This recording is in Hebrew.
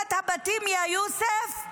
בהריסת הבתים, יא יוסף?